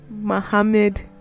Mohammed